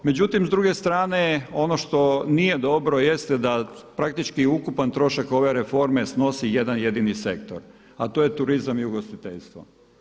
Međutim, s druge strane ono što nije dobro, jeste da praktički ukupan trošak ove reforme snosi jedan jedini sektor, a to je turizam i ugostiteljstvo.